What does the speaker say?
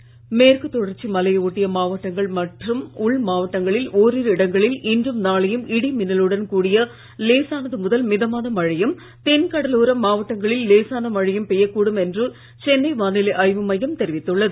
வானிலை மேற்கு தொடர்ச்சி மலையை ஒட்டிய மாவட்டங்கள் மற்றும் உள் மாவட்டங்களில் ஓரிரு இடங்களில் இன்றும் நாளையும் இடி மின்னலுடன் கூடிய லேசானது முதல் மிதமான மழையும் தென் கடலோர மாவட்டங்களில் லேசான மழையும் பெய்யக் கூடும் என்று சென்னை வானிலை ஆய்வு மையம் தெரிவித்துள்ளது